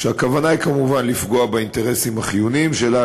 כשהכוונה היא כמובן לפגוע באינטרסים החיוניים שלה,